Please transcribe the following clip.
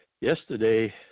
yesterday